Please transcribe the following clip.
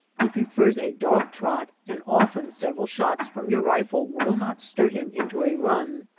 he prefers a dog-trot and often several shots from your rifle will not stir him into a run.